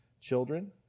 Children